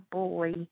boy